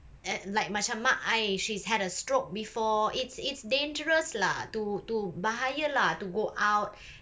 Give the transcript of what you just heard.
err like macam mak I she's had a stroke before it's it's dangerous lah to to bahaya lah to go out